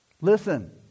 Listen